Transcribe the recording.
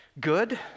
good